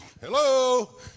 hello